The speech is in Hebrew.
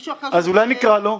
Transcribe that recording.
מישהו אחר --- אז אולי נקרא לו?